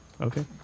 Okay